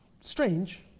strange